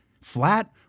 Flat